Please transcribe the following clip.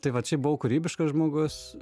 tai vat šiaip buvau kūrybiškas žmogus